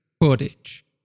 footage